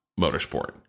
motorsport